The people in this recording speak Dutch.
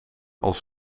als